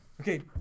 Okay